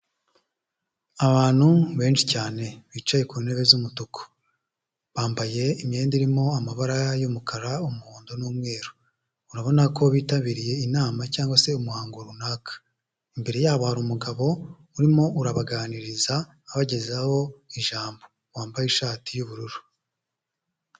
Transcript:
Abantu benshi cyane bicaye ku ntebe z'umutuku. Bambaye imyenda irimo amabara y'umukara, umuhondo n'umweru. Urabona ko bitabiriye inama cyangwa se umuhango runaka. Imbere yabo hari umugabo urimo urabaganiriza, abagezaho ijambo. Wambaye ishati y'ubururu.